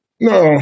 No